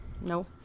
no